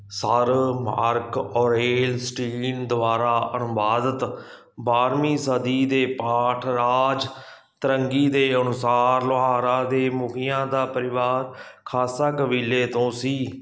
sir Marc Aurel Stein ਦੁਆਰਾ ਅਨੁਵਾਦਿਤ ਬਾਰਵੀਂ ਸਦੀ ਦੇ ਪਾਠ ਰਾਜ ਤਰੰਗੀ ਦੇ ਅਨੁਸਾਰ ਲੋਹਾਰਾ ਦੇ ਮੁਖੀਆਂ ਦਾ ਪਰਿਵਾਰ ਖਾਸਾ ਕਬੀਲੇ ਤੋਂ ਸੀ